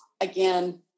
again